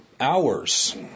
hours